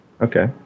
Okay